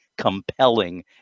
compelling